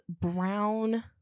brown